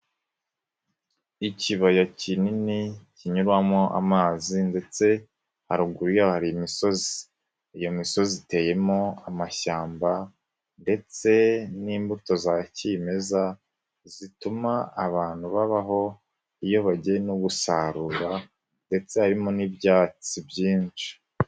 Ikibaya kinini kinyuramo amazi ndetse haruguru yaho hari imisozi. Iyo misozi iteyemo amashyamba ndetse n'imbuto za kimeza, zituma abantu babaho iyo bagiyemo gusarura ndetse harimo n'ibyatsi byinshi.